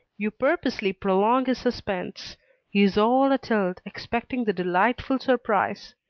you purposely prolong his suspense he is all atilt, expecting the delightful surprise.